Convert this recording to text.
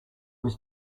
was